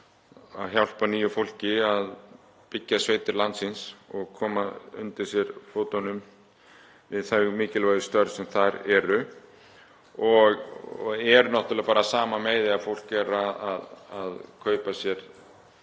og hjálpar nýju fólki að byggja sveitir landsins og koma undir sig fótunum við þau mikilvægu störf sem þar eru. Þetta er náttúrlega bara af sama meiði, þegar þú kaupir